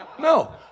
No